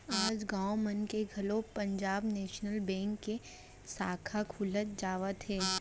आज गाँव मन म घलोक पंजाब नेसनल बेंक के साखा खुलत जावत हे